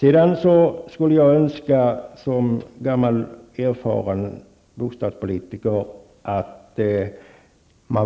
Sedan skulle jag, som gammal och erfaren bostadspolitiker, önska att vi